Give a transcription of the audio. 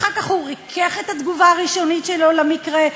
אחר כך הוא ריכך את התגובה הראשונית שלו למקרה.